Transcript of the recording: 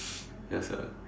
yes sia